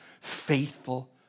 faithful